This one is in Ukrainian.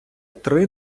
три